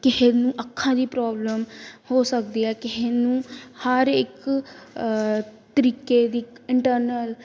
ਕਿਸੇ ਨੂੰ ਅੱਖਾਂ ਦੀ ਪ੍ਰੋਬਲਮ ਹੋ ਸਕਦੀ ਹੈ ਕਿਸੇ ਨੂੰ ਹਰ ਇੱਕ ਤਰੀਕੇ ਦੀ ਇੰਟਰਨਲ